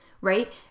right